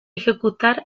ejecutar